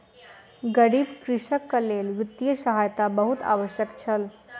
गरीब कृषकक लेल वित्तीय सहायता बहुत आवश्यक छल